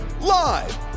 live